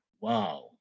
wow